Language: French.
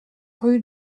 rue